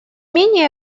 менее